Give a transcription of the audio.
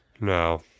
No